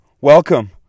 welcome